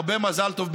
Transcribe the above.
הרבה מזל טוב,